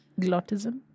Glottism